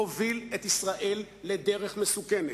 מוביל את ישראל לדרך מסוכנת.